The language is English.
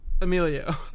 Emilio